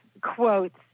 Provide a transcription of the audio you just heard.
quotes